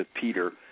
Peter